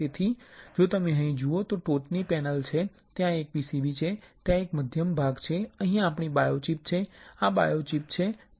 તેથી જો તમે અહીં જુઓ તો ટોચની પેનલ છે ત્યાં એક PCB છે ત્યાં એક મધ્યમ ભાગ છે અહીં આપણી બાયોચિપ છે આ બાયોચિપ છે